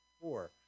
Four